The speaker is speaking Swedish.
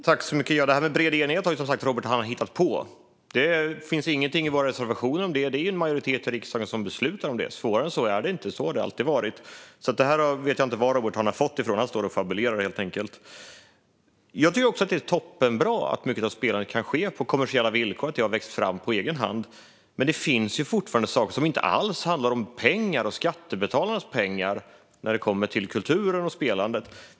Fru talman! Det här med bred enighet har Robert Hannah som sagt hittat på. Det finns ingenting i vår reservation om det, utan det är en majoritet i riksdagen som beslutar om detta. Svårare än så är det inte, och så har det alltid varit. Jag vet inte var Robert Hannah har fått det här ifrån. Han står och fabulerar, helt enkelt. Jag tycker också att det är toppenbra att mycket av spelandet kan ske på kommersiella villkor och att det har växt fram på egen hand. Men det finns fortfarande saker som inte alls handlar om pengar, och skattebetalarnas pengar, när det kommer till kulturen och spelandet.